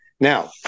Now